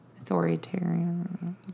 authoritarian